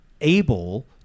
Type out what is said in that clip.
able